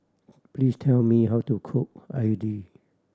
please tell me how to cook idly